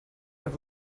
have